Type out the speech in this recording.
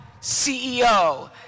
CEO